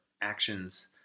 actions